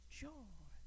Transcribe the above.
joy